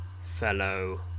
fellow